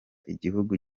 igihugu